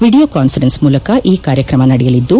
video conference ಮೂಲಕ ಈ ಕಾರ್ಯಕ್ರಮ ನಡೆಯಲಿದ್ದು